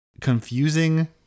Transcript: confusing